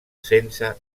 sense